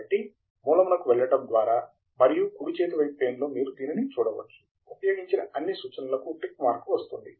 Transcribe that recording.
కాబట్టి మూలమునకు వెళ్లడం ద్వారా మరియు కుడి చేతివైపు పేన్ లో మీరు దీనిని చూడవచ్చు ఉపయోగించిన అన్ని సూచనలకు టిక్ మార్క్ వస్తుంది